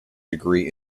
degree